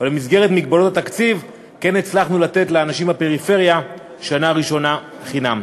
אבל במסגרת מגבלות התקציב הצלחנו לתת לאנשים בפריפריה שנה ראשונה חינם.